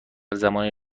زمانی